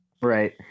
Right